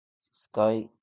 sky